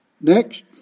Next